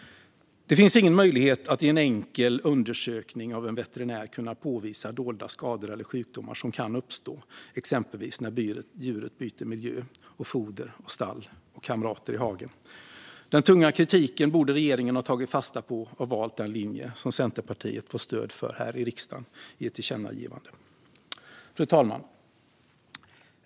Det finns ingen möjlighet att i en enkel undersökning av en veterinär påvisa dolda skador eller sjukdomar som kan uppstå, exempelvis när djuret byter miljö, foder, stall och kamrater i hagen. Regeringen borde ha tagit fasta på den tunga kritiken och valt den linje som Centerpartiet får stöd för här i riksdagen i ett förslag till tillkännagivande. Fru talman!